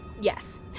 Yes